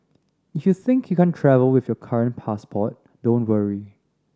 if you think you can't travel with your current passport don't worry